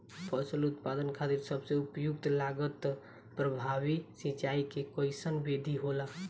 फसल उत्पादन खातिर सबसे उपयुक्त लागत प्रभावी सिंचाई के कइसन विधि होला?